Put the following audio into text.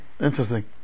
interesting